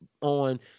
on